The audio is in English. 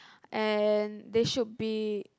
and they should be